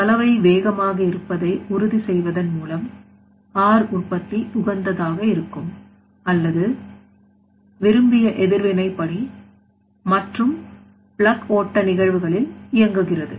கலவை வேகமாக இருப்பதை உறுதி செய்வதன் மூலம்R உற்பத்தி உகந்ததாக இருக்கும் அல்லது விரும்பிய எதிர்வினை படி மற்றும் பிளக் ஓட்ட நிகழ்வுகளில் இயங்குகிறது